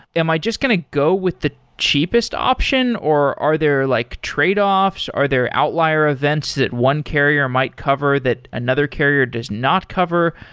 am i just can i go with the cheapest option, or are there like tradeoffs? are there outlier events that one carrier might cover that another carrier does not cover?